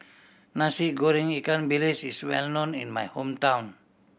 Nasi Goreng ikan bilis is well known in my hometown